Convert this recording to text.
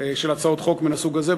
של הצעות חוק מן הסוג הזה,